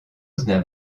dispose